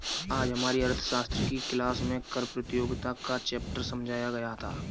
आज हमारी अर्थशास्त्र की क्लास में कर प्रतियोगिता का चैप्टर समझाया गया था